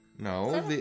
No